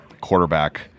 quarterback